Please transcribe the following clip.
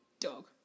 Dog